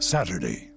Saturday